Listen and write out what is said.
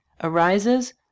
arises